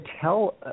tell